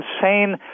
insane